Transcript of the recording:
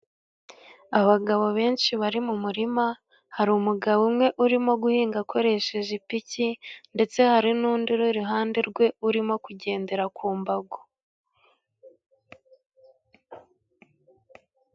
Abagabo benshi bari mu murima hari umugabo umwe urimo guhinga akoresheje ipiki, ndetse hari n'undi uri iruhande rwe urimo kugendera ku mbago.